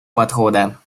подхода